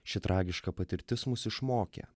ši tragiška patirtis mus išmokė